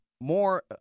more